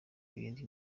ibindi